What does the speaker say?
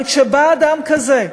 אבל כשבא אדם כזה ואומר: